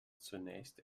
zunächst